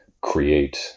create